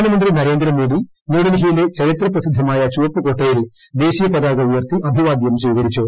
പ്രധാനമന്ത്രി നരേന്ദ്രമോദി ന്യൂഡൽഹിയിലെ ചരിത്ര പ്രസിദ്ധമായ ചുവപ്പു കോട്ടയിൽ ദേശീയ പതാക ഉയർത്തി അഭിവാദൃം സ്വീകരിച്ചു